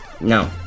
No